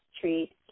treat